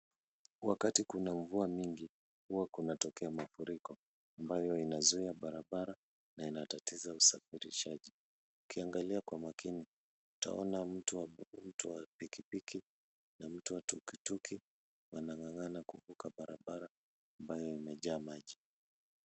Wakati kuna mvua mingi huwa kunatokea mafuriko ambayo inazuia barabara na inatatiza usafirishaji. Ukiangalia kwa makini utaona mtu wa pikipiki na mtu wa tuktuk wanang'ang'ana kuvuka barabara ambayo imejaa maji.